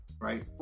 Right